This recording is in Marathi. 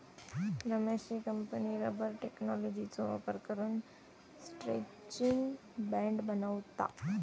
रमेशची कंपनी रबर टेक्नॉलॉजीचो वापर करून स्ट्रैचिंग बँड बनवता